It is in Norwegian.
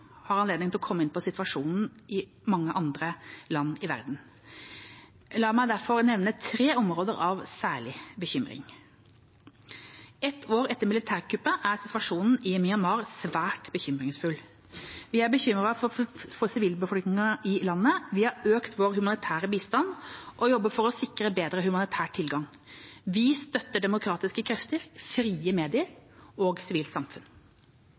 har anledning til å komme inn på situasjonen i mange andre land i verden. La meg likevel nevne tre områder av særlig bekymring: Ett år etter militærkuppet er situasjonen i Myanmar svært bekymringsfull. Vi er bekymret for sivilbefolkningen i landet. Vi har økt vår humanitære bistand og jobber for å sikre bedre humanitær tilgang. Vi støtter demokratiske krefter, frie medier og sivilt samfunn.